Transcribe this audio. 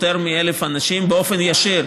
יותר מ-1,000 אנשים באופן ישיר,